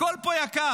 הכול פה יקר,